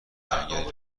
جنگلی